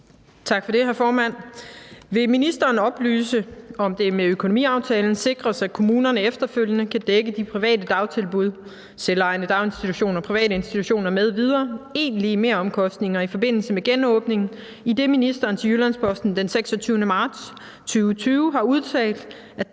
Tak for det, hr. formand. Vil ministeren oplyse, om det med økonomiaftalen sikres, at kommunerne efterfølgende kan dække de private dagtilbuds – selvejende daginstitutioner, privatinstitutioner m.v. – egentlige meromkostninger i forbindelse med genåbningen, idet ministeren til Jyllands-Posten den 26. marts 2020 har udtalt, at